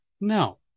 No